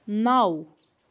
نَو